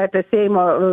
apie seimo